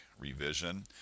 revision